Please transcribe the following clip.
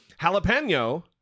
jalapeno